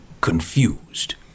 confused